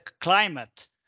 climate